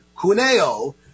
Cuneo